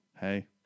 Hey